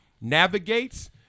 navigates